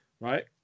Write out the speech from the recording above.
right